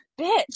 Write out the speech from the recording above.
bitch